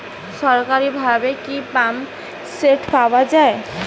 সরকারিভাবে কি পাম্পসেট পাওয়া যায়?